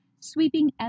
sweeping